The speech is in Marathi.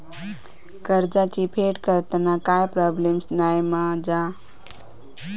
कर्जाची फेड करताना काय प्रोब्लेम नाय मा जा?